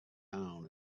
town